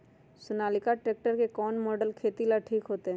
Sonalika tractor के कौन model खेती ला ठीक होतै?